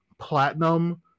platinum